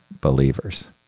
believers